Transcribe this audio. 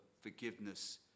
forgiveness